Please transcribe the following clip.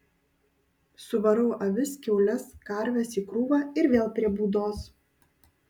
suvarau avis kiaules karves į krūvą ir vėl prie būdos